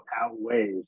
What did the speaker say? outweighs